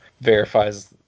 verifies